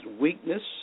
weakness